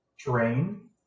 terrain